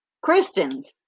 Christians